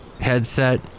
headset